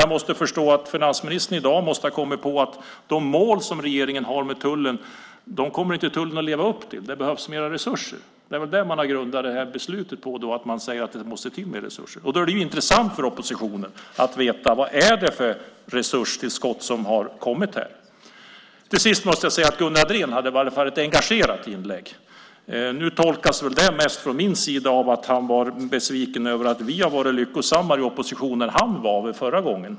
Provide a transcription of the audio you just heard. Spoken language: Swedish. Jag förstår att finansministern i dag måste ha kommit på att tullen inte kommer att leva upp till de mål regeringen har för dem. Det behövs mer resurser. Det är väl det man har grundat det här beslutet på, att man säger att det måste till mer resurser. Då är det intressant för oppositionen att veta vad det är för resurstillskott som har kommit här. Till sist måste jag säga att Gunnar Andrén i alla fall hade ett engagerat inlägg. Nu tolkar jag det mest som att han var besviken över att vi har varit lyckosammare i opposition än han var förra gången.